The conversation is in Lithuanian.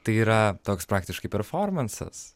tai yra toks praktiškai performansas